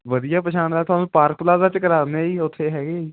ਵਧੀਆ ਪਛਾਣ ਦਾ ਤੁਹਾਨੂੰ ਪਾਰਕ ਪਲਾਜਾ 'ਚ ਕਰਵਾ ਦਿੰਦੇ ਹਾਂ ਜੀ ਉੱਥੇ ਹੈਗੇ ਆ ਜੀ